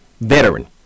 veteran